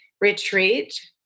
retreat